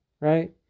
right